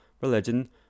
religion